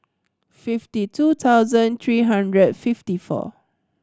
fifty two thousand three hundred and fifty four